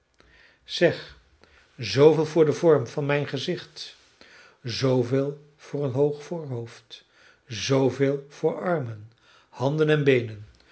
zeg zooveel voor den vorm van mijn gezicht zooveel voor een hoog voorhoofd zooveel voor armen handen en beenen